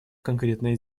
конкретные